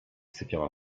sypiała